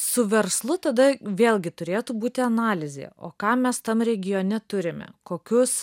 su verslu tada vėlgi turėtų būti analizė o ką mes tam region turime kokius